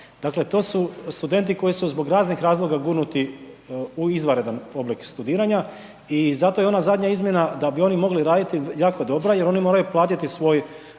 Dakle to su studenti koji su zbog raznih razloga gurnuti u izvanredan oblik studiranja i zato je ona zadnja izmjena da bi oni mogli raditi jako dobro jer oni moraju platiti svoj